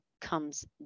comes